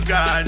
God